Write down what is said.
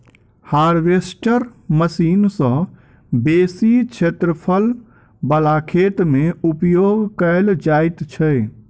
harvester machine सॅ बेसी क्षेत्रफल बला खेत मे उपयोग कयल जाइत छै